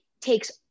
takes